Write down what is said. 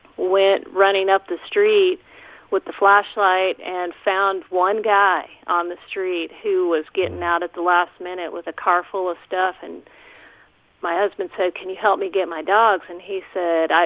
went running up the street with the flashlight and found one guy on the street who was getting out at the last minute with a car full of stuff. and my husband said, can you help me get my dogs? and he said,